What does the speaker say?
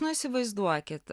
nu įsivaizduokit